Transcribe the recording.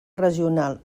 regional